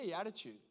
attitude